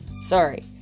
Sorry